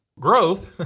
Growth